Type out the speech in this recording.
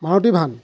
Maruti van